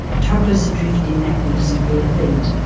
toddlers adrift in nappies and bare feet,